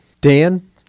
Dan